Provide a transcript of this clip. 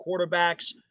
quarterbacks